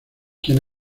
quien